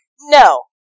No